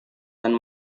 dan